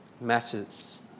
matters